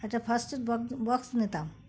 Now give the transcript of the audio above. একটা first aid box নিতাম